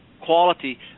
quality